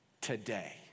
today